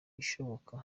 ishoboka